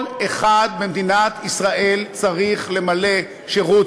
כל אחד במדינת ישראל צריך למלא שירות